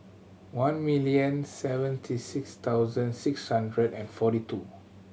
one million seventy six thousand six hundred and forty two